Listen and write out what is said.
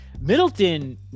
Middleton